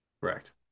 Correct